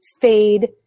fade